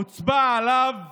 הוצבע עליו